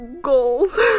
Goals